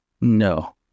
No